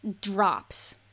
drops